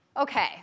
Okay